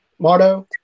Mardo